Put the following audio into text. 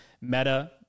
Meta